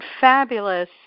fabulous